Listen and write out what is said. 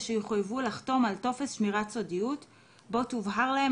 ושיחויבו לחתום על טופס שמירת סודיות בו תובהר להם